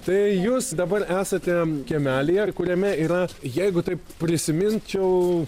tai jūs dabar esate kiemelyje ir kuriame yra jeigu taip prisiminčiau